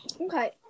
Okay